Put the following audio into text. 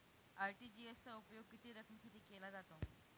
RTGS चा उपयोग किती रकमेसाठी केला जातो?